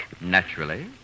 Naturally